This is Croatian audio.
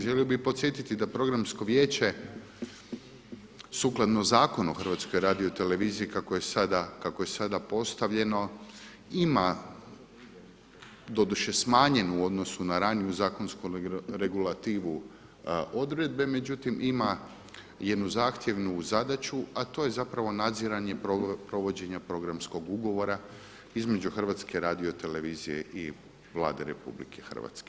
Želio bih podsjetiti da Programsko vijeće sukladno Zakonu o HRT-u kako je sada postavljeno ima doduše smanjenu u odnosu na raniju zakonsku regulativu odredbe, međutim ima jednu zahtjevnu zadaću, a to je zapravo nadziranje provođenja programskog ugovora između HRT-a i Vlade RH.